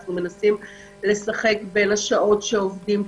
אנחנו מנסים לשחק בין השעות שעובדים,